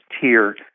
tier